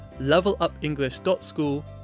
levelupenglish.school